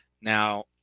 Now